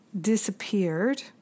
disappeared